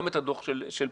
גם את הדוח של פלמור,